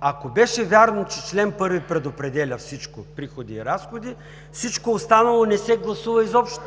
ако беше вярно, че чл. 1 предопределя всичко – приходи и разходи, всичко останало не се гласува изобщо.